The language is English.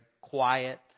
quiet